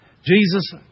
Jesus